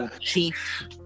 chief